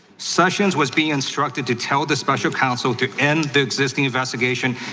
sessions was being instructed to tell the special council to end the investigation,